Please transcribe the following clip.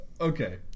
okay